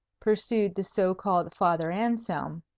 pursued the so-called father anselm.